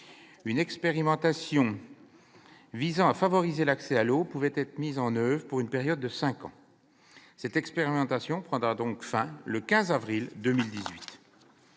une expérimentation visant à favoriser l'accès à l'eau peut être mise en oeuvre pour une période de cinq ans. Cette expérimentation prendra donc fin le 15 avril